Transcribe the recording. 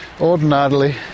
ordinarily